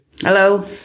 Hello